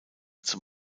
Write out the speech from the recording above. zum